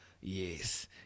Yes